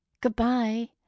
Goodbye